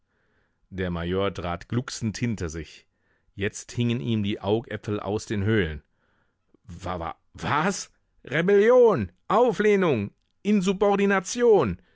der major trat glucksend hinter sich jetzt hingen ihm die augäpfel aus den höhlen wa wa was rebellion auflehnung